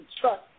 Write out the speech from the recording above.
trust